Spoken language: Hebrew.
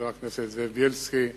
חבר הכנסת זאב בילסקי,